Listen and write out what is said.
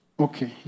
Okay